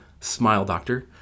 SmileDoctor